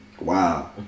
Wow